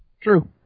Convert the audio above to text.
True